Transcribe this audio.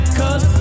cause